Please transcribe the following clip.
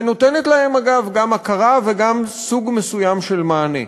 ונותנת להם אגב גם הכרה וגם סוג מסוים של מענה.